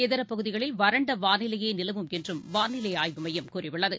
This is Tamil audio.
இதரபகுதிகளில் வறண்டவாளிலையேநிலவும் என்றும் வாளிலைஆய்வு மையம் கூறியுள்ளது